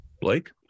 Blake